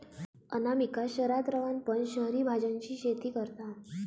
अनामिका शहरात रवान पण शहरी भाज्यांची शेती करता